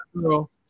girl